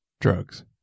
drugs